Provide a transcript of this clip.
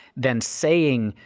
then saying,